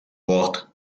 ort